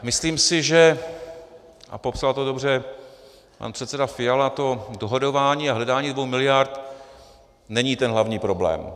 Myslím si, že a popsal to dobře pan předseda Fiala to dohadování a hledání dvou miliard není ten hlavní problém.